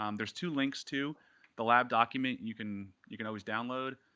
um there's two links, too the lab document you can you can always download,